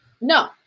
no